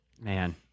Man